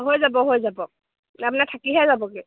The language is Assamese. হৈ যাব হৈ যাব আপোনাক থাকিহে যাবগৈ